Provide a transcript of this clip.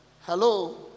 Hello